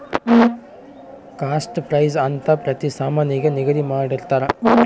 cost price ಅಂತ ಪ್ರತಿ ಸಾಮಾನಿಗೆ ನಿಗದಿ ಮಾಡಿರ್ತರ